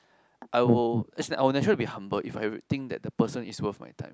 I will is like I will nature be humble if everything that the person is worth my time